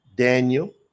Daniel